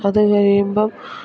അത് കഴിയുമ്പം